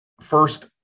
first